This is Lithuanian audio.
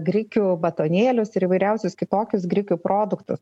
grikių batonėlius ir įvairiausius kitokius grikių produktus